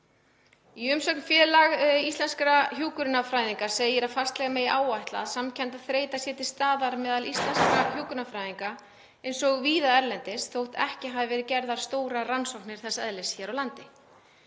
Í umsögn Félag íslenskra hjúkrunarfræðinga segir að fastlega megi áætla að samkenndarþreyta sé til staðar meðal íslenskra hjúkrunarfræðinga eins og víða erlendis þótt ekki hafi verið gerðar stórar rannsóknir þess eðlis hér á landi.